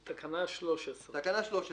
התשע"ח-2017,